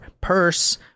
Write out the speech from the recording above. purse